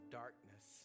darkness